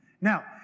Now